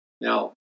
Now